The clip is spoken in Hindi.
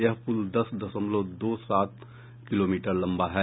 यह पुल दस दशमलव दो सात किलोमीटर लम्बा है